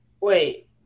Wait